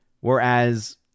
Whereas